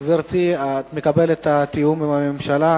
גברתי, את מקבלת את התיאום עם הממשלה?